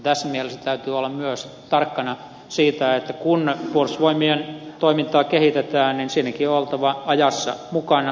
tässä mielessä täytyy olla myös tarkkana siitä että kun puolustusvoimien toimintaa kehitetään siinäkin on oltava ajassa mukana